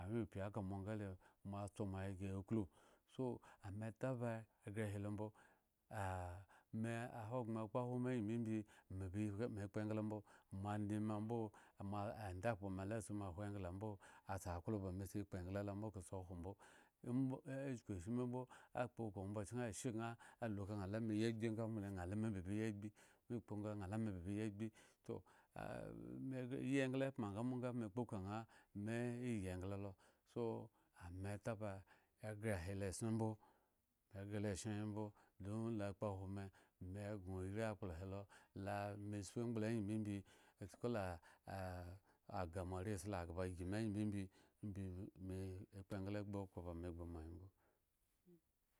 Awyen upi aka mo nga le moatso ghre ya klu, so ame taba eghre ahilo mbo, ah me ahogbren kpo ahwo me angyi mbo imbi meba, me kpo engla mbo moande me ambo moa, anda khpo mela asi meahwo engla ambo asa aklo ba me sa ekplo engla lo ekhwo mbo, embo chukushimi mbo akpo ka ombachken ashe gŋa alu ka ŋha la me yi agbi nga mole, aŋha lu ame be ba yi agbi me kpo nga ŋha la be ba yi agbi toh me yi engla empŋe nga mbo nga me kpo kaŋha me yi engla lo, so ame taba eghre ahilo eson mbo, eghre lo eson ghre mbo don lo kpo ahwo me, me gŋo irii akpla helo lame tspu mgble angyi mbo imbi, ts kala ah agah moare sa laghba ygi me angyi mbo imbi me ekpo engla egbu okhro ba me gbu ma he mbo.